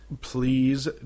Please